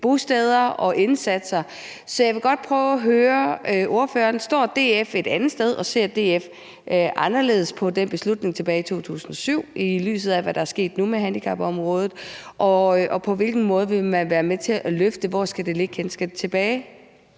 bosteder og indsatser. Så jeg vil godt prøve at høre ordføreren: Står DF et andet sted, og ser DF anderledes på den beslutning, man traf tilbage i 2007, i lyset af hvad der er sket nu med handicapområdet, og på hvilken måde vil man være med til at løfte det? Hvor skal det ligge henne? Skal det tilbage?